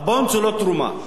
"הבונדס" הוא לא תרומה.